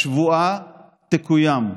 השבועה תקוים.